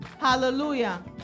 hallelujah